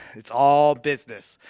it's all business,